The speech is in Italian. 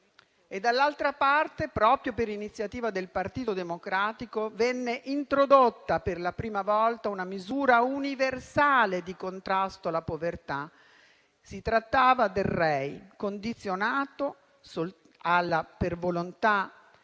D'altra parte, proprio per iniziativa del Partito Democratico, venne introdotta per la prima volta una misura universale di contrasto alla povertà. Si trattava del reddito di inclusione